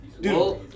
Dude